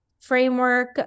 framework